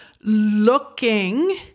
looking